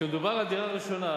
כשמדובר על דירה ראשונה,